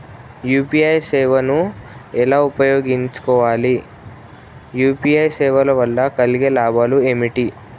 UPI సేవను ఎలా ఉపయోగించు కోవాలి? యూ.పీ.ఐ సేవల వల్ల కలిగే లాభాలు ఏమిటి?